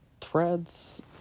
threads